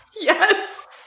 Yes